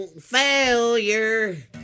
Failure